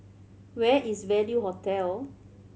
where is Value Hotel